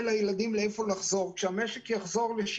לילדים לאן לחזור עם חזרת המשק לפעילות.